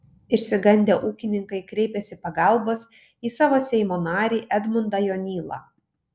išsigandę ūkininkai kreipėsi pagalbos į savo seimo narį edmundą jonylą